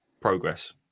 progress